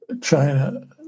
China